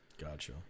Gotcha